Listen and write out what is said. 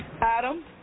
Adam